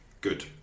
Good